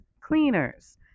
cleaners